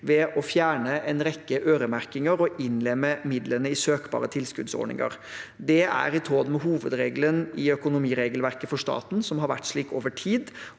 ved å fjerne en rekke øremerkinger og innlemme midlene i søkbare tilskuddsordninger. Det er i tråd med hovedregelen i økonomiregelverket for staten, som har vært slik over tid,